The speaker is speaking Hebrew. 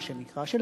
מה שנקרא,